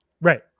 right